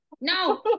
no